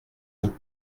vous